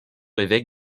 évêque